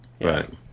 Right